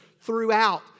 throughout